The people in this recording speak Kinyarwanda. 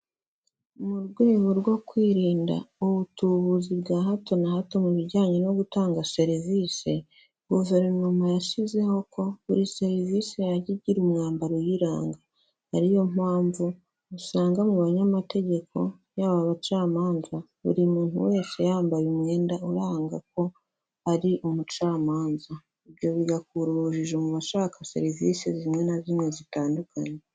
Mu rwego rwo kwirinda ubutubuzi bwa hato na hato mu bijyanye no gutanga serivisi, guverinoma yashyizeho ko buri serivisi yajya igira umwambaro uyiranga, ari yo mpamvu usanga mu banyamategeko, yaba bacamanza buri muntu wese yambaye umwenda uranga ko ari umucamanza, ibyo bigakura urujijo mu bashaka serivisi zimwe na zimwe zitandukanye.